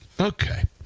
Okay